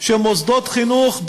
שמוסדות חינוך,